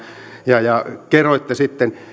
ja ja kerroitte sitten